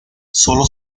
solo